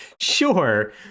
Sure